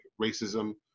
racism